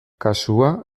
kasua